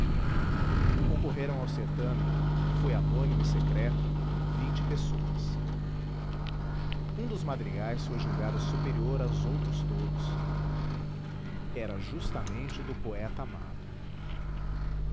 concorreram ao certâmen que foi anônimo e secreto vinte pessoas um dos madrigais foi julgado superior aos outros todos era justamente o do poeta amado